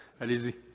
Allez-y